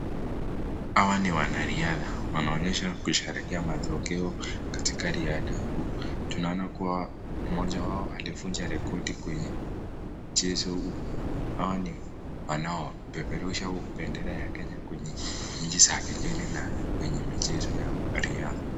Hawa ni wanariadha wanaonyesha kusherekea matokeo katika riadha huu , tunaona kuwa moja yao aliefunja rekoti kwenye mchezo huu hawa ni wanaopeperusha bendera ya kenya kwenye nchi cha kigeni na kwenye michezo ya riadha.